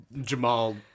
jamal